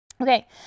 Okay